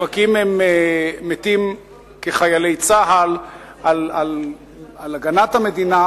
לפרקים הם מתים כחיילי צה"ל על הגנת המדינה,